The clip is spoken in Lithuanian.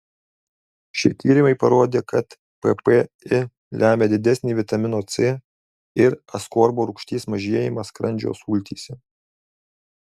šie tyrimai parodė kad ppi lemia didesnį vitamino c ir askorbo rūgšties mažėjimą skrandžio sultyse